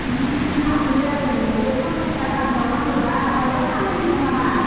बेनिखौनो लाफैदो आरो नोङो बे फनचासथा गाहाम दाउ नांगौबा मायबा खामानि दं नामा